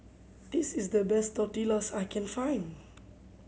this is the best Tortillas I can find